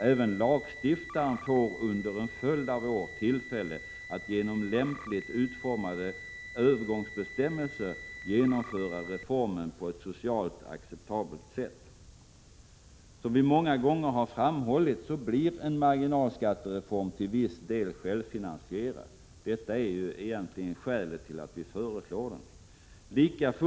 Även lagstiftaren får under en följd av år tillfälle att genom lämpligt utformade övergångsbestämmelser genomföra reformen på ett socialt acceptabelt sätt. Som vi många gånger har framhållit blir en marginalskattereform till viss del självfinansierad — detta är egentligen skälet till att vi föreslår en sådan.